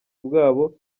bwabo